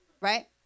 right